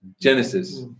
Genesis